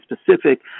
specific